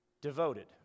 devoted